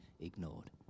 ignored